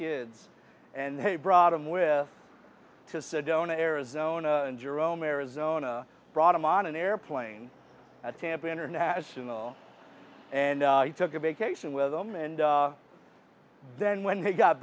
kids and they brought him with to sedona arizona jerome arizona brought him on an airplane at tampa international and he took a vacation with them and then when he got